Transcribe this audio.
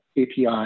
API